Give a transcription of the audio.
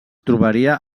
trobaria